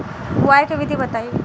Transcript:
बुआई के विधि बताई?